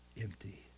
empty